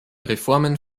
reformen